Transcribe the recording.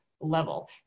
level